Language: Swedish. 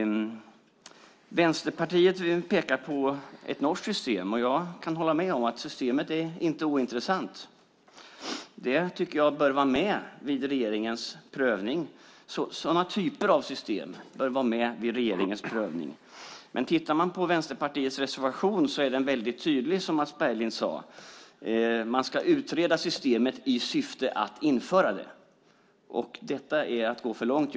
Vänsterpartiet pekar på ett norskt system. Jag kan hålla med om att systemet inte är ointressant. Sådana typer av system bör vara med vid regeringens prövning. Vänsterpartiets reservation är tydlig, som Mats Berglind sade, nämligen att systemet ska utredas i syfte att införa det. Detta är att gå för långt.